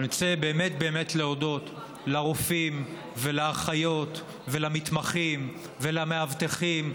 אני רוצה באמת להודות לרופאים ולאחיות ולמתמחים ולמאבטחים,